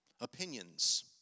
opinions